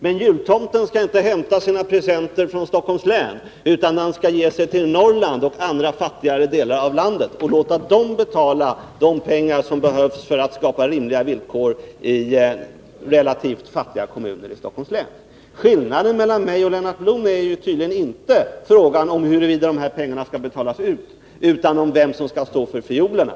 Men jultomten skall inte hämta sina presenter från Stockholms län, utan han skall ge sig till Norrland och andra fattigare delar av landet och låta kommunerna där betala ut de pengar som behövs för att skapa rimliga villkor Skillnaden mellan mig och Lennart Blom är tydligen inte frågan huruvida Onsdagen den pengarna skall betalas ut, utan den gäller vem som skall stå för fiolerna.